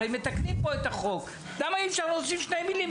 הרי מתקנים פה את החוק למה אי אפשר להוסיף שתי מילים?